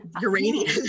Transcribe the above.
uranium